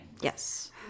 Yes